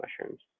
mushrooms